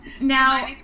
Now